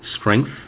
Strength